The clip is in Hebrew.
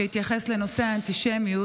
שהתייחס לנושא האנטישמיות,